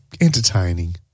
entertaining